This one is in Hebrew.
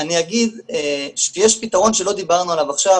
אני אגיד שיש פתרון שלא דיברנו עליו עכשיו,